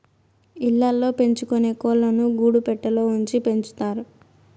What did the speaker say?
ఇళ్ళ ల్లో పెంచుకొనే కోళ్ళను గూడు పెట్టలో ఉంచి పెంచుతారు